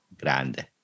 grande